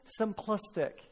simplistic